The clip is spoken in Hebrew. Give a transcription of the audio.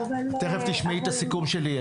תיכף תשמעי את הסיכום שלי,